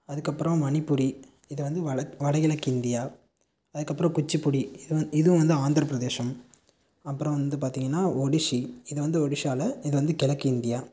அதுக்கப்புறம் மணிப்புரி இது வந்து வடகிழக்கு இந்தியா அதுக்கப்புறம் குச்சிப்புடி இது இதுவும் வந்து ஆந்திரப்பிரதேஷம் அப்புறம் வந்து பார்த்தீங்கன்னா ஒடிஷி இது வந்து ஒடிஷாவில் இது வந்து கிழக்கிந்தியா